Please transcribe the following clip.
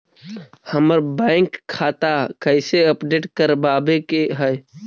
हमर बैंक खाता कैसे अपडेट करबाबे के है?